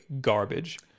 garbage